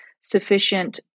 sufficient